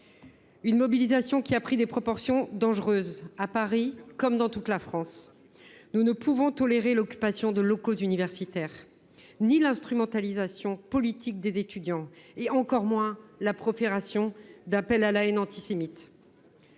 Cette mobilisation a pris des proportions dangereuses à Paris comme dans le reste de notre pays. Nous ne pouvons tolérer l’occupation de locaux universitaires ni l’instrumentalisation politique des étudiants, et encore moins la profération d’appels à la haine antisémite.